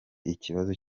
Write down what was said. ikibazo